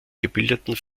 gebildeten